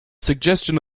suggestion